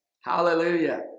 Hallelujah